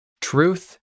Truth